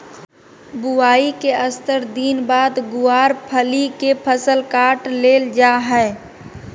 बुआई के सत्तर दिन बाद गँवार फली के फसल काट लेल जा हय